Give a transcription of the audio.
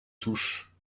touches